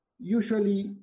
usually